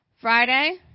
Friday